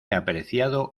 apreciado